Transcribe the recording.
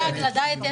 מה עם הדיאט?